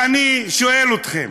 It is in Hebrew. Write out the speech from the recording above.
אני שואל אתכם.